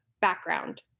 background